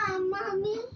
Mommy